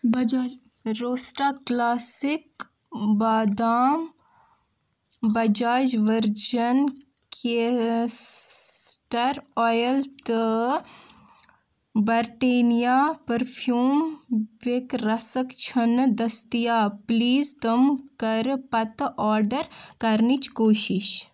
بجاج روسٹا کلاسِک بادام Bajaj virgin castor oil تہٕ برٛٹینیا پٔرفیٛوٗم بیک رسک چھِنہٕ دٔستِیاب پُلیٖز تِم کَر پتہٕ آرڈر کَرنٕچ کوٗشش